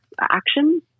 action